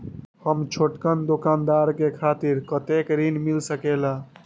हम छोटकन दुकानदार के खातीर कतेक ऋण मिल सकेला?